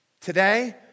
today